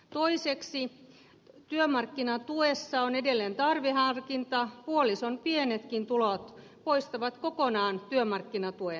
toiseksi työmarkkinatuessa on edelleen tarveharkinta puolison pienetkin tulot poistavat kokonaan työmarkkinatuen